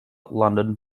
london